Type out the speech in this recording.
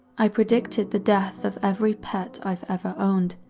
i predicted the death of every pet i've ever owned,